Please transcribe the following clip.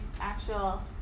actual